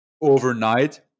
overnight